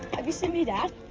seen me dad?